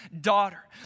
daughter